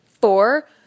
four